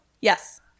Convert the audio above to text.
Yes